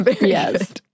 Yes